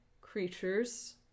creatures